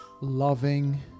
loving